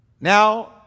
now